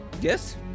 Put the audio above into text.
Yes